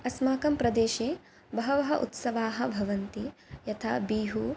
अस्माकं प्रदेशे बहवः उत्सवाः भवन्ति यथा बीहू